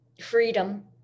freedom